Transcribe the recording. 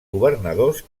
governadors